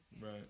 Right